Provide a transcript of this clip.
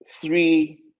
three